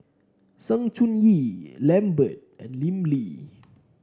Sng Choon Yee Lambert and Lim Lee